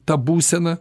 ta būsena